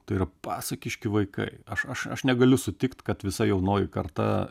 tai yra pasakiški vaikai aš aš aš negaliu sutikt kad visa jaunoji karta